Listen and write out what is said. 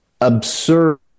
absurd